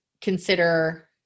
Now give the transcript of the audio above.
consider